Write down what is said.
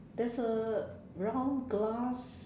there's a round glass